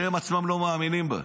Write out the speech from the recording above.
שהם עצמם לא מאמינים בה.